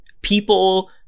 People